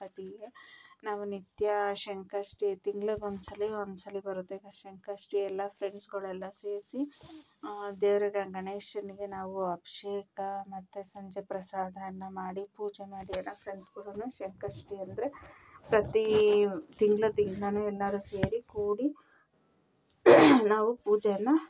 ಗಣಪತಿಗೆ ನಾವು ನಿತ್ಯ ಸಂಕಷ್ಟಿ ತಿಂಗ್ಳಿಗೆ ಒಂದ್ಸಲ ಒಂದ್ಸಲ ಬರುತ್ತೆ ಸಂಕಷ್ಟಿ ಎಲ್ಲ ಫ್ರೆಂಡ್ಸ್ಗಳೆಲ್ಲ ಸೇರಿಸಿ ದೇವ್ರಿಗೆ ಗಣೇಶನಿಗೆ ನಾವು ಅಭಿಷೇಕ ಮತ್ತು ಸಂಜೆ ಪ್ರಸಾದ ಎಲ್ಲ ಮಾಡಿ ಪೂಜೆ ಮಾಡಿ ಎಲ್ಲ ಫ್ರೆಂಡ್ಸ್ಗಳು ಎಲ್ಲ ಸಂಕಷ್ಟಿ ಅಂದರೆ ಪ್ರತೀ ತಿಂಗಳು ತಿಂಗಳು ಎಲ್ಲರೂ ಸೇರಿ ಕೂಡಿ ನಾವು ಪೂಜೆಯನ್ನು